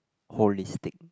holistic